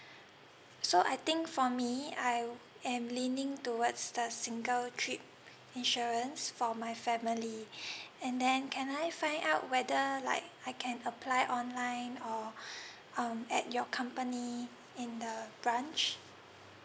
so I think for me I am leaning towards the single trip insurance for my family and then can I find out whether like I can apply online or um at your company in the branch